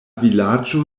vilaĝo